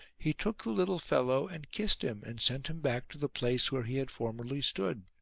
he took the little fellow and kissed him and sent him back to the place where he had formerly stood.